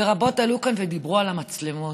ורבות עלו כאן ודיברו על המצלמות.